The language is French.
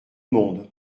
monde